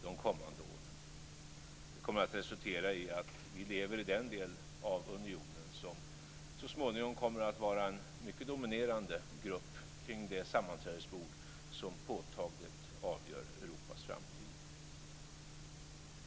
Det kommer att resultera i att vi lever i den del av unionen som så småningom kommer att vara en mycket dominerande grupp kring det sammanträdesbord som påtagligt avgör Europas framtid.